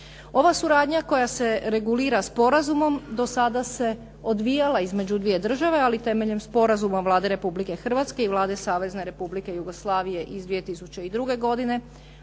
Ova suradnja koja se regulira sporazumom do sada se odvijala između dvije države, ali temeljem sporazuma Vlade Republike Hrvatske i Vlade Savezne Republike Jugoslavije iz 202. godine,